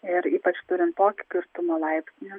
ir ypač turint tokį girtumo laipsnį